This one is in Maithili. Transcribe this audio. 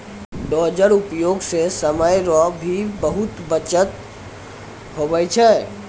डोजर उपयोग से समय रो भी बचत हुवै छै